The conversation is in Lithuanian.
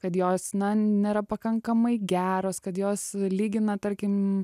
kad jos nėra pakankamai geros kad jos lygina tarkim